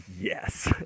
yes